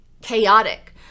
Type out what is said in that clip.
chaotic